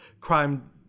crime